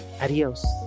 Adios